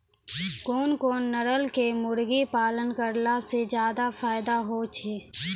कोन कोन नस्ल के मुर्गी पालन करला से ज्यादा फायदा होय छै?